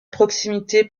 proximité